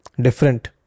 different